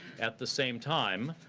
at the same time,